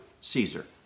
Caesar